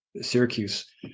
Syracuse